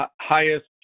highest